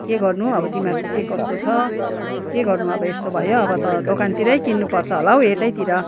के गर्नु अब तिमीहरूको के कस्तो छ के गर्नु अब यस्तो भयो अब त दोकानतिरै किन्नुपर्छ होला हौ यतैतिर